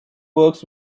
works